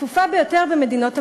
הצפופה ביותר במדינות המערב,